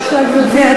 בבקשה, גברתי.